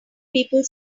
people